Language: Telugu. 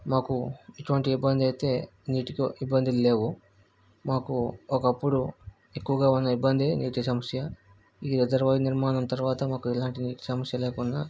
మాకు ఎటువంటి ఇబ్బంది అయితే నీటికీ ఇబ్బందులు లేవు మాకు ఒకప్పుడు ఎక్కువగా ఉన్న ఇబ్బంది నీటి సమస్య ఈ రిజర్వాయర్ నిర్మాణం తర్వాత మకు ఎలాంటి నీటి సమస్య లేకుండా